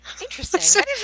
Interesting